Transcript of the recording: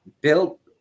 built